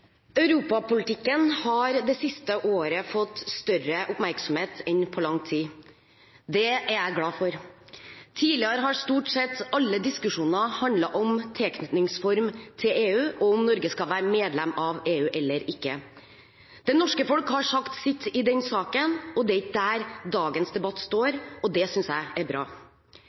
Europapolitikken har det siste året fått større oppmerksomhet enn på lang tid. Det er jeg glad for. Tidligere har stort sett alle diskusjoner handlet om tilknytningsform til EU og om Norge skal være medlem av EU eller ikke. Det norske folk har sagt sitt i den saken, det er ikke der dagens debatt står – det synes jeg er bra.